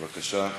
בבקשה.